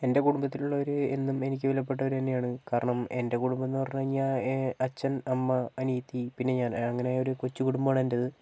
എൻ്റെ കുടുംബത്തിലുള്ളവര് എന്നും എനിക്ക് വിലപ്പെട്ടവര് തന്നെയാണ് കാരണം എൻ്റെ കുടുംബം എന്ന് പറഞ്ഞ് കഴിഞ്ഞാൽ അച്ഛൻ അമ്മ അനിയത്തി പിന്നെ ഞാൻ അങ്ങിനെയൊരു കൊച്ചുകുടുംബാണ് എൻ്റത്